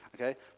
okay